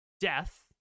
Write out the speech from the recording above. death